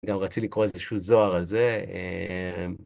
גם רציתי לקרוא איזשהו זוהר על זה.